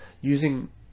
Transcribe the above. Using